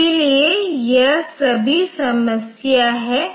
इसलिए यह ऐसा है